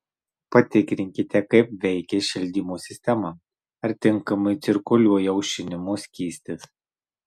patikrinkite kaip veikia šildymo sistema ar tinkamai cirkuliuoja aušinimo skystis